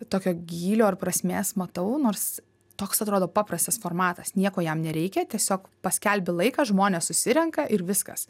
tokio gylio ir prasmės matau nors toks atrodo paprastas formatas nieko jam nereikia tiesiog paskelbi laiką žmonės susirenka ir viskas